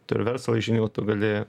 turi verslo žinių tu gali